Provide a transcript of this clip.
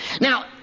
Now